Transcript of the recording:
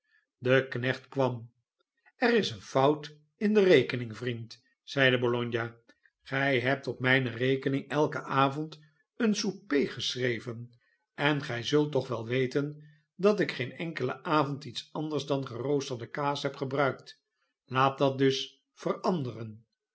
de knecht kwam er is eene fout in de rekening vriend zeide bologna gij hebt op mijne rekening elken avond een souper geschreven en gij zult toch wel weten dat ik geen enkelen avond iets anders dan geroosterde kaas heb gebruikt laat dat dus veranderen